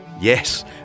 Yes